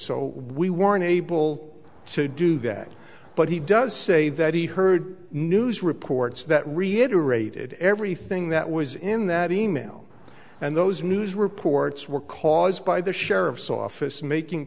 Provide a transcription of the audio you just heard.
so we weren't able to do that but he does say that he heard news reports that reiterated everything that was in that e mail and those news reports were caused by the sheriff's office making